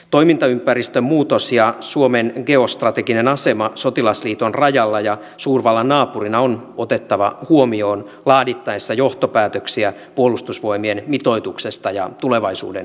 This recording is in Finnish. toimintaympäristön muutos ja suomen geostrateginen asema sotilasliiton rajalla ja suurvallan naapurina on otettava huomioon laadittaessa johtopäätöksiä puolustusvoimien mitoituksesta ja tulevaisuuden kehittämisestä